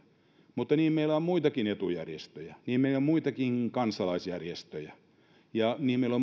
mutta niin meillä on muitakin etujärjestöjä niin meillä on muitakin kansalaisjärjestöjä ja niin meillä